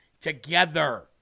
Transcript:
together